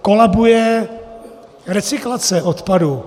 Kolabuje recyklace odpadu.